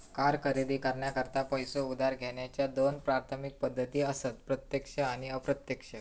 car खरेदी करण्याकरता पैसो उधार घेण्याच्या दोन प्राथमिक पद्धती असत प्रत्यक्ष आणि अप्रत्यक्ष